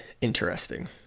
interesting